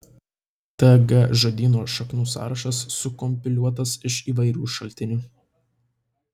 tg žodyno šaknų sąrašas sukompiliuotas iš įvairių šaltinių